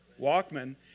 Walkman